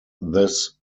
this